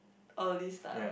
all these stuff